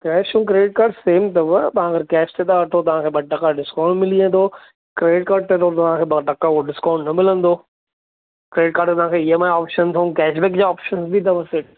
cash ऐं credit card same अथव तव्हां अगरि कैश ते था वठो तव्हांखे ॿ टका डिस्काउंट मिली वेंदो क्रेडिट कार्ड ते त तव्हांखे ॿ टका उहो डिस्काउंट न मिलंदो क्रेडिट कार्ड ते तव्हांखे ई एम आई ऑप्शन अथव कैश बेक जा ऑप्शन बि अथव सेठ